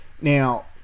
Now